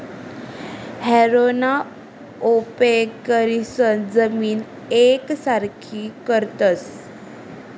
हॅरोना उपेग करीसन जमीन येकसारखी करतस